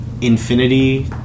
Infinity